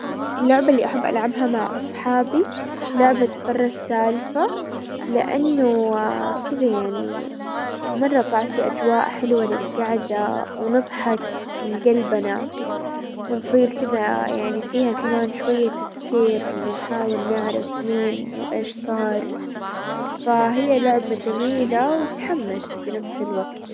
اللعبة اللي احب العبها مع اصحابي لعبة برا السالفة لانه كذا يعني مرة طاعتي اجواء حلوة للقعدة ونضحك من قلبنا ونصير كذا يعني، فيها كمان شوية تفكير انه نحاول نعرف مين وايش صار، فهي لعبة جميلة وتحمس بنفس الوقت.